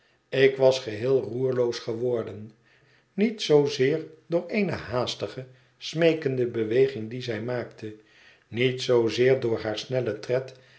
ik was geheel roerloos geworden niet zoozeer door eene haastige smeekende beweging die zij maakte niet zoozeer door haar snellen tred